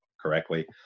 correctly